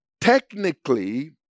Technically